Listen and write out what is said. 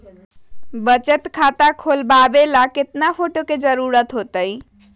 बचत खाता खोलबाबे ला केतना फोटो के जरूरत होतई?